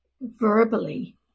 verbally